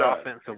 offensive